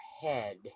head